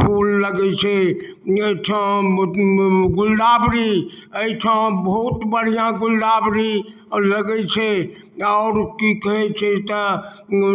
फूल लगै छै अइठाम गुलदाबरी अइठाम बहुत बढ़िआँ गुलदाबरी लगै छै आओर की कहै छै तऽ